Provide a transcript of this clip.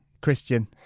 Christian